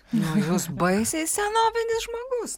nu jūs baisiai senovinis žmogus